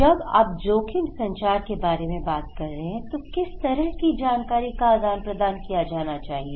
जब आप जोखिम संचार के बारे में बात कर रहे हैं तो किस तरह की जानकारी का आदान प्रदान किया जाना चाहिए